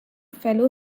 fellow